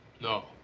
No